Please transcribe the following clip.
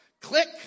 Click